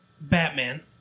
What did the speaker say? Batman